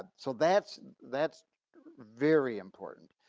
ah so, that's that's very important.